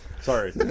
Sorry